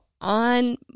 on